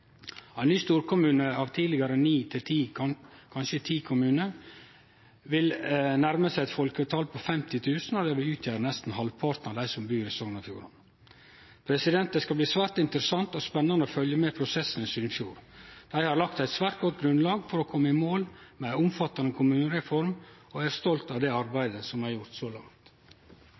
Ein ny storkommune av tidlegare 9 – og kanskje 10 – kommunar vil nærme seg eit folketal på 50 000, og det vil utgjere nesten halvparten av dei som bur i Sogn og Fjordane. Det skal bli svært interessant og spennande å følgje med prosessen i Sunnfjord. Dei har lagt eit svært godt grunnlag for å kome i mål med ei omfattande kommunereform, og eg er stolt av det arbeidet som er gjort så langt.